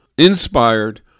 inspired